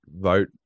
vote